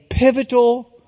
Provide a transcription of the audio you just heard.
Pivotal